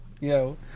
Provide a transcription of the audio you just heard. Yo